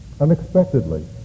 unexpectedly